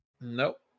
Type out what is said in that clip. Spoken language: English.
Nope